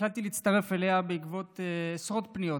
החלטתי להצטרף אליה בעקבות עשרות פניות